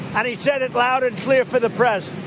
and he said it loud and clear for the press.